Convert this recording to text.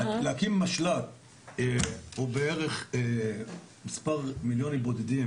להקים משל"ט עולה בערך מספר מיליונים בודדים,